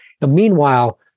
Meanwhile